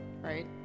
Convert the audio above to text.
right